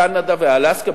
קנדה ואלסקה,